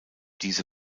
diese